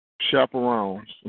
chaperones